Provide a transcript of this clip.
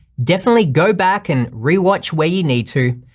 definitely go back and rewatch where you need to,